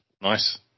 Nice